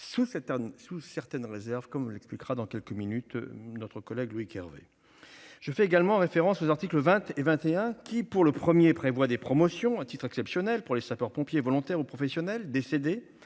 sous certaines réserves, comme l'expliquera Loïc Hervé. Je fais également référence aux articles 20 et 21 : le premier prévoit des promotions à titre exceptionnel pour les sapeurs-pompiers volontaires ou professionnels décédés